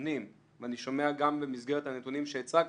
הנתונים ואני שומע גם במסגרת הנתונים שהצגת,